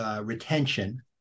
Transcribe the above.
retention